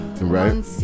Right